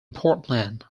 portland